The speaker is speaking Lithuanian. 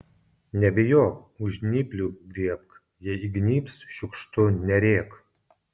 nebijok už žnyplių griebk jei įgnybs šiukštu nerėk